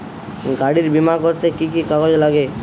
গাড়ীর বিমা করতে কি কি কাগজ লাগে?